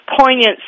poignant